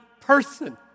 person